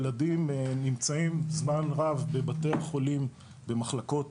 ילדים נמצאים זמן רב בבתי החולים במחלקות